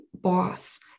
boss